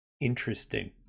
Interesting